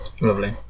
Lovely